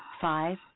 five